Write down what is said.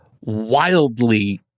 wildly